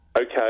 okay